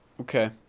okay